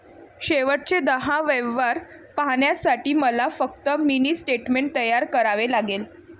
शेवटचे दहा व्यवहार पाहण्यासाठी मला फक्त मिनी स्टेटमेंट तयार करावे लागेल